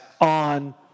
on